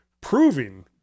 proving